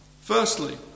Firstly